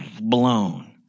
blown